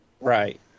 right